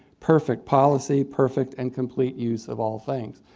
perfect policy, perfect and complete use of all things.